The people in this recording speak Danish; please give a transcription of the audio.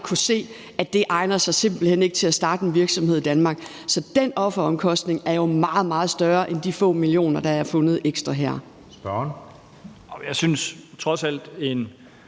kunnet se, at det simpelt hen ikke egner sig til at starte en virksomhed i Danmark. Så den offeromkostning er jo meget, meget større end de få millioner, der her er fundet ekstra.